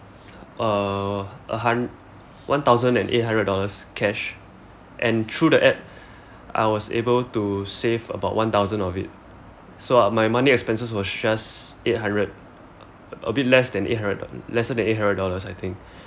uh a hund~ one thousand and eight hundred dollars cash and through the app I was able to save about one thousand of it so my money expenses was just eight hundred a bit less than eight hundred lesser than eight hundred dollars I think